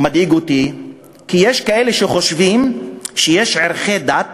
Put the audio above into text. מדאיג אותי, שיש כאלה שחושבים שיש ערכי דת,